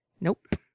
Nope